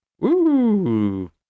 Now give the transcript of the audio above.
woo